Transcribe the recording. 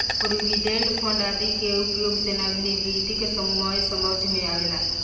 provident fund आदि के उपयोग सेवानिवृत्ति के समय समझ में आवेला